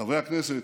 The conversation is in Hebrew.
חברי הכנסת,